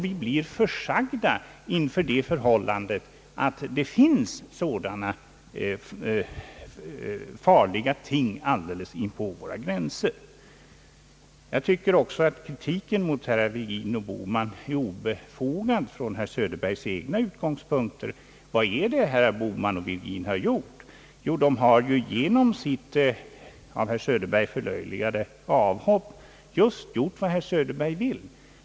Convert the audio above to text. Vi är försagda inför det förhållandet att det finns farliga ting alldeles inpå våra gränser. Jag tycker vidare att kritiken mot herrar Virgin och Bohman är obefogad från herr Söderbergs egna utgångspunkter. Vad är det herrar Virgin och Bohman har gjort? De har genom sitt av herr Söderberg förlöjligade avhopp gjort just det som herr Söderberg vill skall göras.